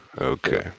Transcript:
okay